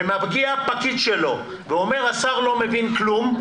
אבל מגיע פקיד שלו ואומר שהשר לא מבין כלום.